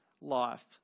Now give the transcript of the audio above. life